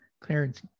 clarence